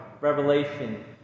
Revelation